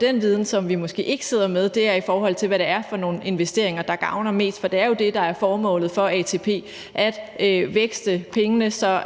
den viden, som vi måske ikke sidder med, er, i forhold til hvad det er for nogle investeringer, der gavner mest. For det er jo det, der er formålet for ATP: at vækste pengene, så